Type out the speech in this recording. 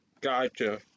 Gotcha